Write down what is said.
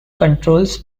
controls